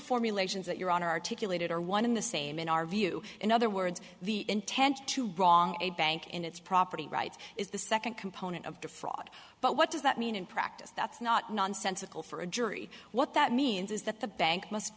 formulations that your articulated are one in the same in our view in other words the intent to wrong a bank in its property rights is the second component of the fraud but what does that mean in practice that's not nonsensical for a jury what that means is that the bank must